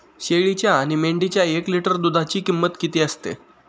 शेळीच्या आणि मेंढीच्या एक लिटर दूधाची किंमत किती असते?